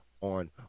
on